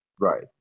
Right